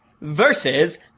versus